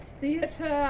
theater